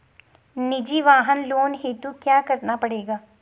निजी वाहन लोन हेतु क्या करना पड़ेगा?